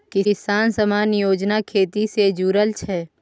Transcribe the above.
किसान सम्मान योजना खेती से जुरल छै